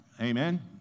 Amen